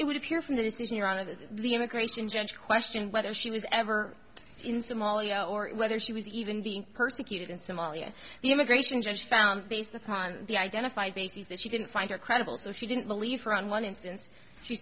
it would appear from the decision or on of the immigration judge questioned whether she was ever in somalia or whether she was even being persecuted in somalia the immigration judge found based upon the identified basis that she didn't find her credible so she didn't believe her on one instance she